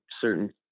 certain